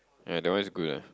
ya that one is good ah